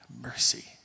mercy